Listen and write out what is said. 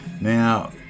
Now